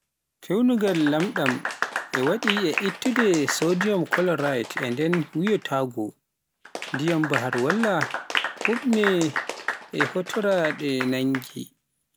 Pewnugol lamɗam e waɗi ittude sodium chloride e nder ƴiye tago, Ndiyam bahaar walla ɓuuɓnee e huutoraade nnage.